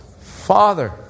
Father